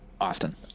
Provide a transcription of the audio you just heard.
Austin